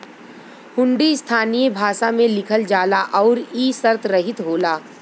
हुंडी स्थानीय भाषा में लिखल जाला आउर इ शर्तरहित होला